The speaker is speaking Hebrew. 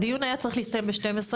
הדיון היה צריך להסתיים ב-12,